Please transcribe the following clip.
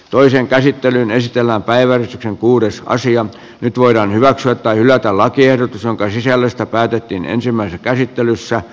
toisen käsittelyn esitellä päivän kuudes karsia nyt voidaan hyväksyä tai hylätä lakiehdotus jonka sisällöstä päätettiin ensimmäisessä käsittelyssä